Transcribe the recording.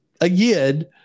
Again